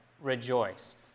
rejoice